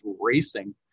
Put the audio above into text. racing